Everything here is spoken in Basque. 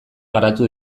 garatu